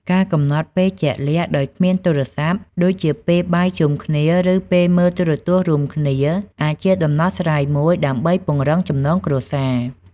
ការកំណត់ពេលជាក់លាក់ដោយគ្មានទូរស័ព្ទ ដូចជាពេលបាយជុំគ្នា ឬពេលមើលទូរទស្សន៍រួមគ្នា អាចជាដំណោះស្រាយមួយដើម្បីពង្រឹងចំណងគ្រួសារ។